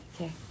Okay